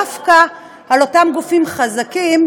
דווקא לאותם גופים חזקים,